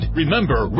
Remember